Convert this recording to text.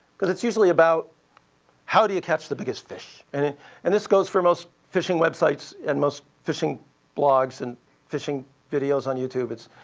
because it's usually about how do you catch the biggest fish. and and and this goes for most fishing websites and most fishing blogs and fishing videos on youtube. it's,